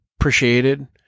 appreciated